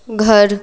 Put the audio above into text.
घर